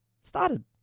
started